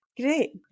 Great